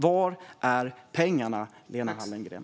Var är pengarna, Lena Hallengren?